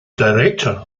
director